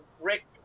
Rick